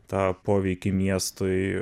tą poveikį miestui